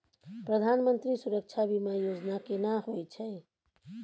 प्रधानमंत्री सुरक्षा बीमा योजना केना होय छै?